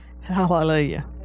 hallelujah